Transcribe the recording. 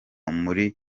muri